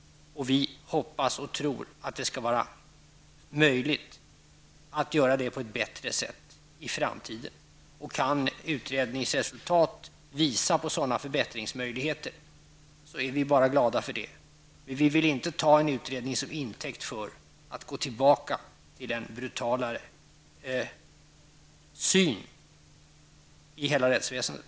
Vi hoppas att det skall vara möjligt att göra det på ett bättre sätt i framtiden. Om ett utredningsresultat visar på sådana förbättringsmöjligheter, är vi bara glada. Men vi vill inte ta en utredning som intäkt för att gå tillbaka till den brutalare syn som har genomsyrat hela rättsväsendet.